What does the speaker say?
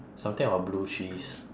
something about blue cheese